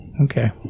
Okay